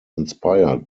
inspired